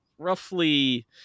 roughly